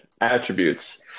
attributes